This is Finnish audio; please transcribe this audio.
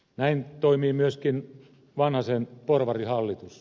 näin toimii myöskin vanhasen porvarihallitus